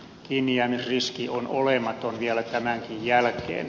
kiinnijäämisriski on olematon vielä tämänkin jälkeen